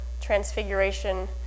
Transfiguration